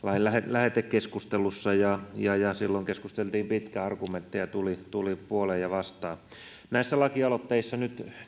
lähetekeskustelussa silloin keskusteltiin pitkään argumentteja tuli tuli puoleen ja vastaan näissä lakialoitteissa